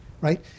right